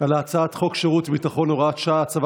על הצעת חוק שירות ביטחון (הוראת שעה)(הצבת